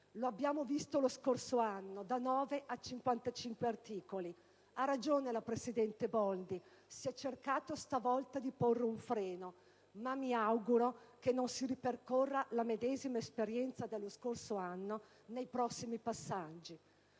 Lo abbiamo visto lo scorso anno: da 9 a 55 articoli. Ha ragione la presidente Boldi: si è cercato questa volta di porre un freno, ma mi auguro che non si ripercorra la medesima esperienza dello scorso anno nei prossimi passaggi.